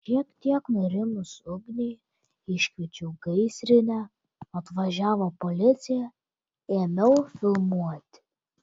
šiek tiek nurimus ugniai iškviečiau gaisrinę atvažiavo policija ėmiau filmuoti